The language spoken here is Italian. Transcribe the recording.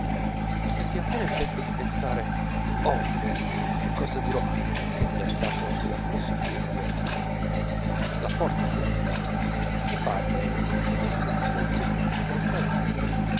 indienne ebbi appena il tempo di pensare oh numi che cosa dirò se mi attaccano sulla filosofia indiana la porta si richiuse mi parve che seguisse un silenzio profondo